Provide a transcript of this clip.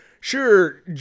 Sure